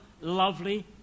lovely